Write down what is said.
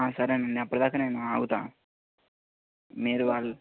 సరేనండి అప్పుటి దాకా నేను ఆగుతాను మీరు వాళ్ళు